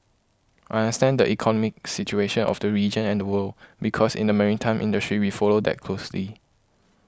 I understand that economic situation of the region and the world because in the maritime industry we follow that closely